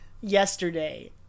yesterday